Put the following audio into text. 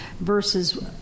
versus